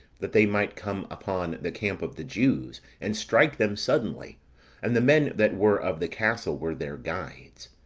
that they might come upon the camp of the jews and strike them suddenly and the men that were of the castle were their guides.